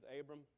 Abram